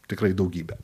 tikrai daugybė